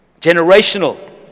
Generational